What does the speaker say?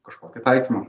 kažkokį taikymą